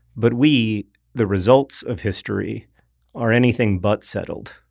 but we the results of history are anything but settled.